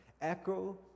echo